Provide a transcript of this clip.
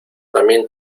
también